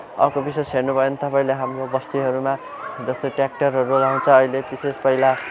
अर्को विशेष हेर्नुभयो भने तपाईँले हाम्रो बस्तीहरूमा जस्तै ट्रेक्टरहरू लाउँछ अहिले विशेष पहिला